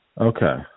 Okay